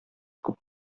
күп